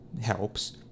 helps